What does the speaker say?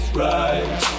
right